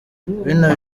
bino